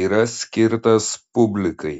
yra skirtas publikai